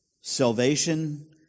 Salvation